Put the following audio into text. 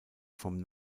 vom